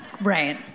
Right